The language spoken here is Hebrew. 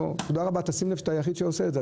שים לב שאתה היחיד שעושה את זה,